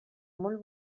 molt